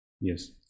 yes